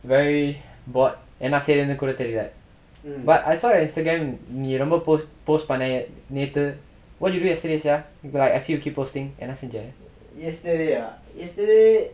very bored என்ன செய்யறது கூட தெரியில:enna seyrathu kooda theriyila but I saw your instagram நீ ரொம்ப:nee romba post post பண்ண நேத்து:panna nethu what did you do yesterday sia I see you keep posting என்ன செஞ்ச:enna senja